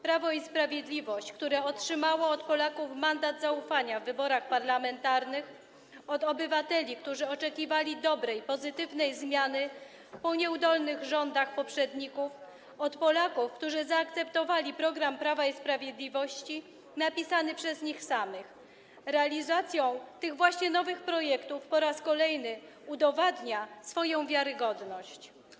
Prawo i Sprawiedliwość, które otrzymało od Polaków mandat zaufania w wyborach parlamentarnych, od obywateli, którzy oczekiwali dobrej, pozytywnej zmiany po nieudolnych rządach poprzedników, od Polaków, którzy zaakceptowali program Prawa i Sprawiedliwości napisany przez nich samych, realizacją tych nowych projektów po raz kolejny udowadnia swoją wiarygodność.